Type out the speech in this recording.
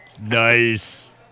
Nice